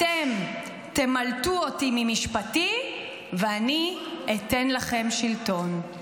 אתם תמלטו אותי ממשפטי, ואני אתן לכם שלטון.